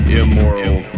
immoral